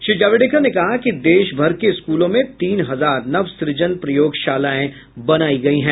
श्री जावड़ेकर ने कहा कि देश भर के स्कूलों में तीन हजार नवसूजन प्रयोगशालाएं बनाई गई हैं